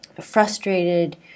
frustrated